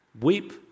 Weep